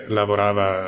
lavorava